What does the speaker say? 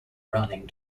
running